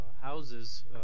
houses